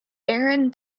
aaron